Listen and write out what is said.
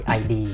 id